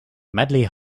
medley